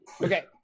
Okay